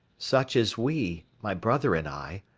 such as we, my brother and i,